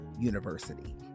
University